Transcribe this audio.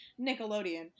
Nickelodeon